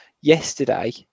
yesterday